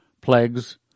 plagues